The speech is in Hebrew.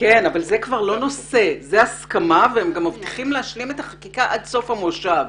כבר לא נושא זו הסכמה והם מבטיחים להשלים את החקיקה עד סוף המושב.